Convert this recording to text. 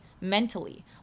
mentally